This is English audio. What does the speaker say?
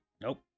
nope